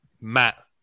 Matt